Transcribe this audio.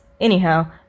Anyhow